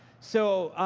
so,